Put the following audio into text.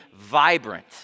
vibrant